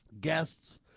guests